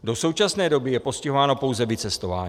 Do současné doby je postihováno pouze vycestování.